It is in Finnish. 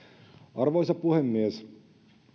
arvoisa puhemies